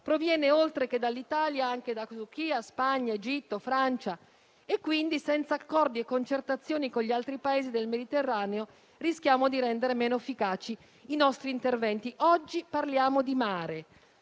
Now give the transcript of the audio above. proviene, oltre che dall'Italia, anche da Turchia, Spagna, Egitto e Francia, per cui, senza accordi e concertazioni con gli altri Paesi del Mediterraneo, rischiamo di rendere meno efficaci i nostri interventi. Oggi parliamo di mare,